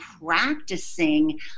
practicing